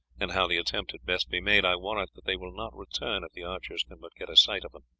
and how the attempt had best be made, i warrant that they will not return if the archers can but get a sight of them.